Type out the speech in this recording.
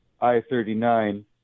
I-39